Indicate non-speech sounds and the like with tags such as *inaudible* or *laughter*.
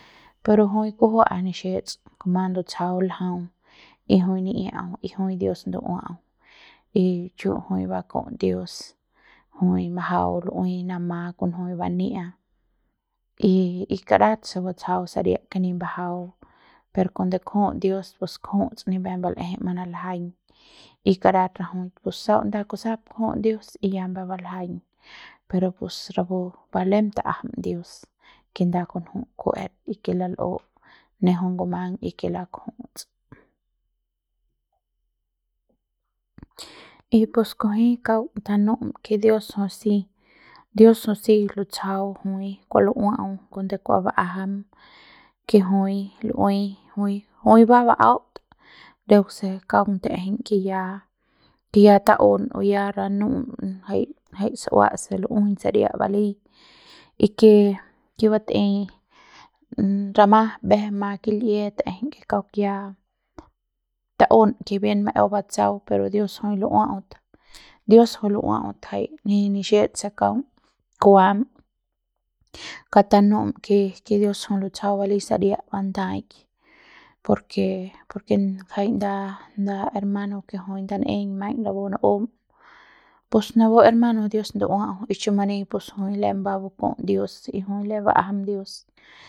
*noise* pero jui kujua'a nixets kuma ndutsjau ljau y jui ni'iau y jui dios ndu'uau y chu jui baku'uts dios jui majau lu'ui nama kon jui bania'a y y kadat se batsjau saria ke ni mbajau pero cuando kju'uts dios pus kju'uts ni pep mbal'ejei manaljaiñ y kadat rajuik pus sau nda kusap kju'uts dios y ya mbe baljaiñ pero pus rapu ba lem ta'ajam dios ke nda kunju ku'uet y ke lal'u ne jui ngumang y ke lakju'uts y pus kujui kaung tanu'um ke dios jui si dios jui si lutsjau jui kua lu'uau cuando kua ba'ajam ke jui lu'ui jui jui ba ba'aut deuk se kaung ta'ejen ke ya ke ya ta'un ya ranu'um jai jai su'ua se lu'ujuiñ saria balei y ke ke batei rama mbje ma kil'ie ta'ejem ke kaung ya ta'um ke bien maeu batsau pero dios jui lu'uaut dios jui lu'uaut jai ne nixets se kaung kuam kaung tanu'um ke ke dios jui lutsjau balei saria bandaik por ke por ke jai nda nda hermano se jui ndan'eiñ naiñ rapu nu'um pus napu hermano dios ndu'uau y pus chumani jui lem ba baku'uts dios y jui lem ba'ajam dios.